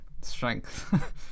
strength